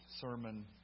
sermon